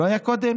לא היה קודם?